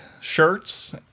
shirts